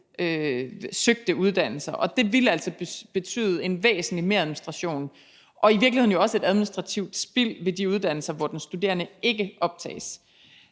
søgte uddannelser, og det ville altså betyde en væsentlig meradministration og jo i virkeligheden også et administrativt spild ved de uddannelser, hvor den studerende ikke optages.